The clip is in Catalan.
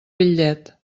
bitllet